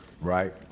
right